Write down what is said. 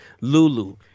Lulu